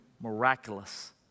miraculous